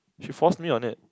she force me on it